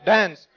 Dance